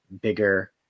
bigger